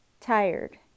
tired